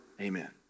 Amen